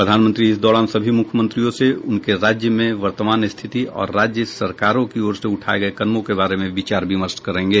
प्रधानमंत्री इस दौरान सभी मुख्यमंत्रियों से उनके राज्य में वर्तमान स्थिति और राज्य सरकारों की ओर से उठाये कदमों के बारे में विचार विमर्श करेंगे